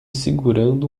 segurando